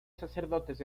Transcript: sacerdotes